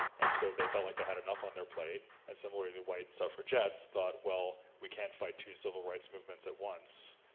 and so they felt like they had enough on their plate. and, similarly the white suffragettes thought, well, we can't fight two civil rights movements at once,